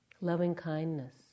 loving-kindness